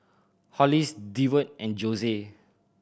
Hollis Deward and Jose